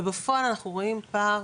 ובפועל אנחנו רואים פער